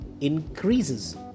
increases